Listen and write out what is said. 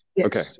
Okay